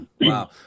Wow